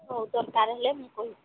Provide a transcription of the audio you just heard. ହଉ ଦରକାର ହେଲେ ମୁଁ କହିବି